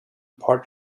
part